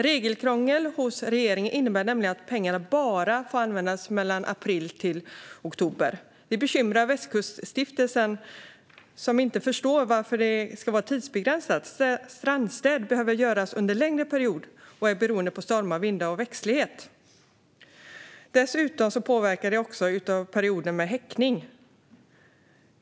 Regeringens regelkrångel innebär nämligen att pengarna bara får användas från april till oktober. Det bekymrar Västkuststiftelsen, som inte förstår varför det ska vara tidsbegränsat. Strandstädning behöver göras under en längre period. Det beror på stormar, vindar och växtlighet. Dessutom påverkar häckningsperioden.